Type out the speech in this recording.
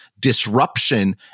disruption